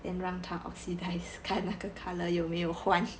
then 让他 oxidise 看那个 colour 有没有换